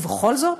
ובכל זאת,